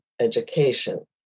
education